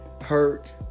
hurt